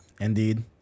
Indeed